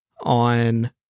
on